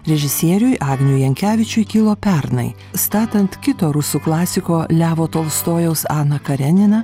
režisieriui agniui jankevičiui kilo pernai statant kito rusų klasiko levo tolstojaus aną kareniną